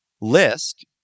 list